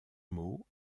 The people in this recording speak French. mot